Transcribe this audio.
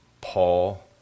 Paul